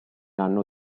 anno